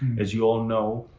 as you all know,